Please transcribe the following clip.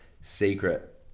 secret